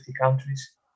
countries